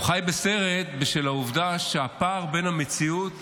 הוא חי בסרט בשל העובדה שהפער בין המציאות